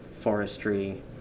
forestry